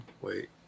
Wait